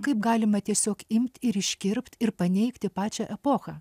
kaip galima tiesiog imt ir iškirpt ir paneigti pačią epochą